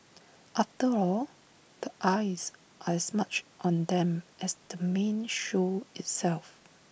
after all the eyes are as much on them as the main show itself